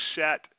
set